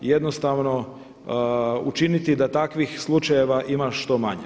Jednostavno učiniti da takvih slučajeva ima što manje.